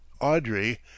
Audrey